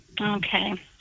Okay